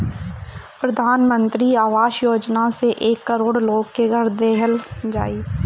प्रधान मंत्री आवास योजना से एक करोड़ लोग के घर देहल जाई